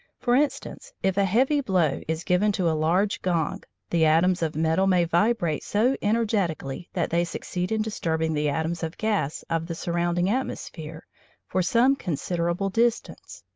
for instance, if a heavy blow is given to a large gong, the atoms of metal may vibrate so energetically that they succeed in disturbing the atoms of gas of the surrounding atmosphere for some considerable distance.